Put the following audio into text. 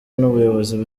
n’ubuyobozi